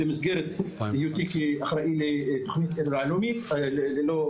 במסגרת היותי אחראי לתוכנית "עיר ללא אלימות".